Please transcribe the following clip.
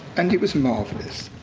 and it was marvelous.